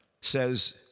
says